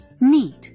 neat